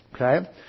Okay